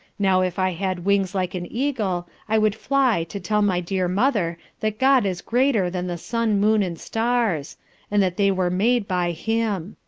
now if i had wings like an eagle i would fly to tell my dear mother that god is greater than the sun, moon, and stars and that they were made by him.